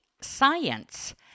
science